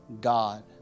God